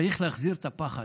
צריך להחזיר את הפחד,